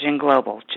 Global